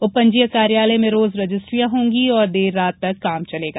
उपपंजीयक कार्यालय में रोज रजिस्ट्रीयां होगी और देर रात तक काम चलेगा